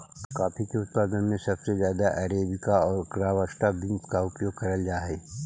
coffee के उत्पादन में सबसे ज्यादा अरेबिका और रॉबस्टा बींस का उपयोग करल जा हई